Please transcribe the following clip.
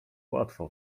łatwo